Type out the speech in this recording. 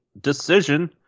decision